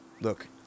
Look